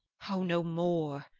o, no more,